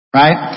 right